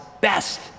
best